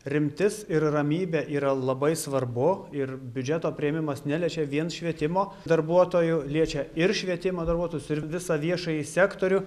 rimtis ir ramybė yra labai svarbu ir biudžeto priėmimas neliečia vien švietimo darbuotojų liečia ir švietimo darbuotojus ir visą viešąjį sektorių